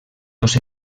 dos